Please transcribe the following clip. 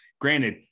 Granted